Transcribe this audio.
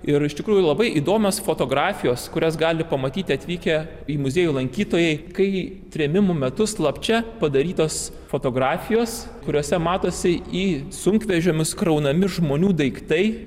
ir iš tikrųjų labai įdomios fotografijos kurias gali pamatyti atvykę į muziejų lankytojai kai trėmimų metu slapčia padarytos fotografijos kuriose matosi į sunkvežimius kraunami žmonių daiktai